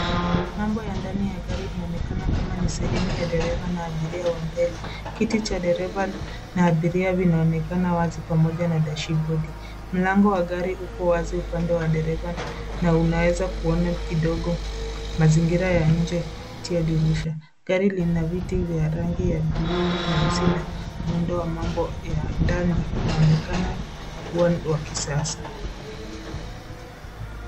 Mambo ya ndani ya gari inaonekana kama ni sehemu ya dereva na abiria wa mbele. Kiti cha dereva na abiria yanaonekana wazi pamoja na dashibodi. Mlango wa gari upo wazi upande wa dereva na unaweza kuona kidogo mazingira ya nje kupitia dirisha. Gari lina viti vya rangi ya bluu, nyeusi na muundo wa mambo ya ndani inaonekana kuwa wa kisasa.